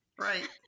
right